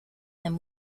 him